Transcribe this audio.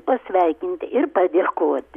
pasveikinti ir padėkoti